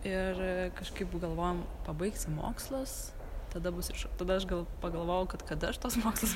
ir kažkaip galvojom pabaigsim mokslus tada bus ir šuo tada aš gal pagalvojau kad kad aš tuos mokslus